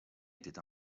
était